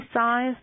size